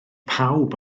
pawb